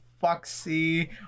foxy